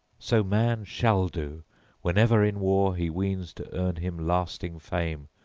so man shall do whenever in war he weens to earn him lasting fame,